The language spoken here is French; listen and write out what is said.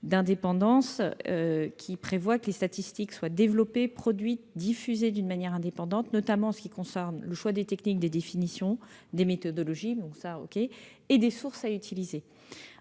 d'indépendance selon lequel les statistiques sont développées, produites, diffusées d'une manière indépendante, notamment en ce qui concerne le choix des techniques, des définitions, des méthodologies et des sources à utiliser,